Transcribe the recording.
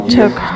took